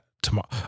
tomorrow